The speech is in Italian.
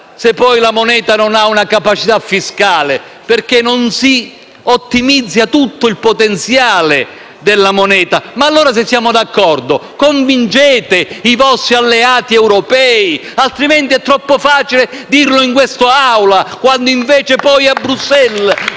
se poi questa non ha una capacità fiscale, perché non si ottimizza tutto il suo potenziale. Allora, se siamo d'accordo, convincete i vostri alleati europei, altrimenti è troppo facile dirlo in quest'Aula quando poi invece a Bruxelles